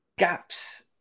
gaps